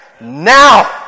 now